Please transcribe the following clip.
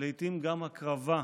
ולעיתים גם הקרבה,